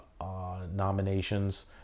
nominations